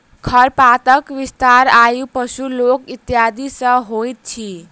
खरपातक विस्तार वायु, पशु, लोक इत्यादि सॅ होइत अछि